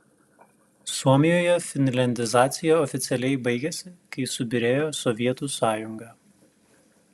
suomijoje finliandizacija oficialiai baigėsi kai subyrėjo sovietų sąjunga